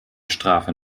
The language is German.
strafe